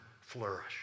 flourish